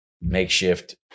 makeshift